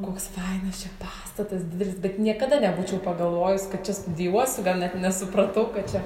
koks fainas čia pastatas didelis bet niekada nebūčiau pagalvojus kad čia studijuosiu gal net nesupratau kad čia